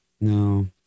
no